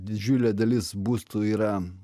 didžiulė dalis būstų yra